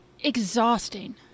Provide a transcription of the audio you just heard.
exhausting